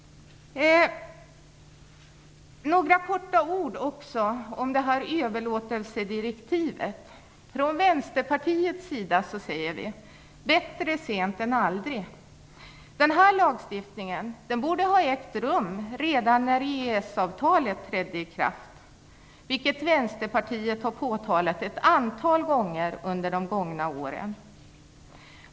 Några ord om överlåtelsedirektivet. Vi i Vänsterpartiet säger bättre sent än aldrig. Lagstiftningen borde ha trätt i kraft redan när EES-avtalet trädde i kraft, vilket Vänsterpartiet har påtalat ett antal gånger under de gångna åren.